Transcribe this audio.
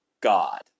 God